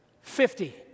Fifty